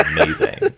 Amazing